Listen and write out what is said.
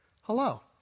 hello